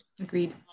Agreed